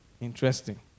Interesting